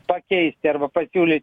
pakeisti arba pasiūlyt